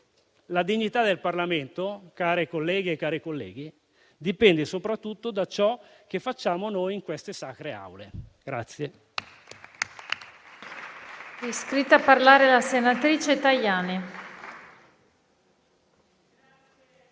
La dignità del Parlamento, care colleghe e cari colleghi, dipende soprattutto da ciò che facciamo noi in queste sacre Aule.